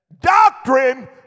Doctrine